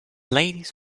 ladies